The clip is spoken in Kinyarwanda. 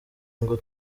ngo